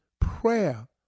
prayer